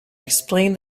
explained